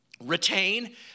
retain